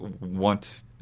want